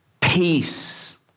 peace